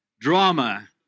Drama